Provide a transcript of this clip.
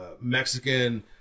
mexican